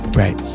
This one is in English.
right